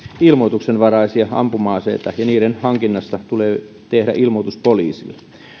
ilmoituksenvaraisia ampuma aseita ja niiden hankinnasta tulee tehdä ilmoitus poliisille